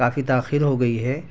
کافی تاخیر ہو گئی ہے